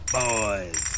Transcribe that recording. boys